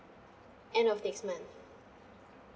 end of next month